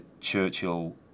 Churchill